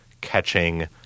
catching